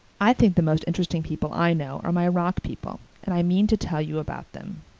i think the most interesting people i know are my rock people and i mean to tell you about them.